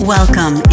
Welcome